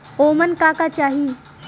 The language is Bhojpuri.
ओमन का का चाही?